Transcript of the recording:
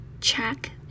check